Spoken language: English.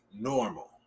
normal